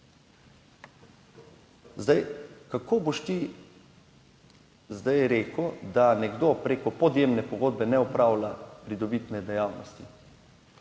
Zdaj, kako boš ti zdaj rekel, da nekdo preko podjemne pogodbe ne opravlja pridobitne dejavnosti.